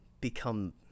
become